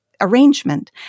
Arrangement